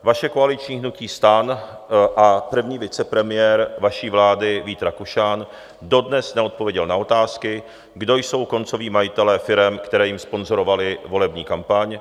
Vaše koaliční hnutí STAN a první vicepremiér vaší vlády Vít Rakušan dodnes neodpověděl na otázky, kdo jsou koncoví majitelé firem, které jim sponzorovaly volební kampaň.